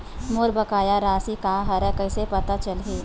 मोर बकाया राशि का हरय कइसे पता चलहि?